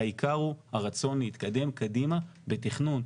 העיקר הוא הרצון להתקדם קדימה בתכנון.